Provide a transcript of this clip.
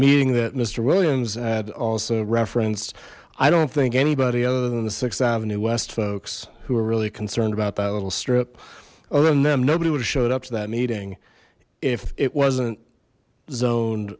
meeting that mister williams had also referenced i don't think anybody other than the sixth avenue west folks who were really concerned about that little strip other than them nobody would have showed up to that meeting if it wasn't sown